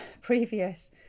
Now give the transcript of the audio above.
previous